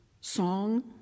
song